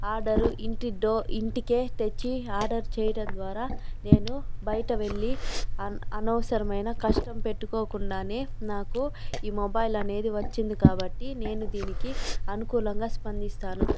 order ఇంటి door ఇంటికే తెచ్చి ఆర్డర్ చేయడం ద్వారా నేను బయట వెళ్లి అన్ అనవసరమైన కష్టం పెట్టుకోకుండాన్నే నాకు ఈ మొబైల్ అనేది వచ్చింది కాబట్టి నేను దీనికి అనుకూలంగా స్పందిస్తాను